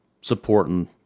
supporting